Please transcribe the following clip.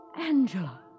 Angela